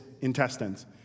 intestines